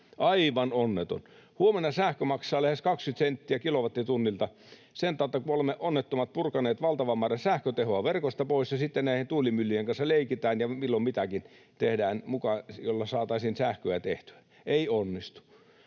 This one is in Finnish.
aivan onneton. Huomenna sähkö maksaa lähes 20 senttiä kilowattitunnilta sen tautta, kun olemme onnettomat purkaneet valtavan määrän sähkötehoa verkosta pois ja sitten näiden tuulimyllyjen kanssa leikitään ja milloin mitäkin tehdään, jolla muka saataisiin sähköä tehtyä. Ei onnistu.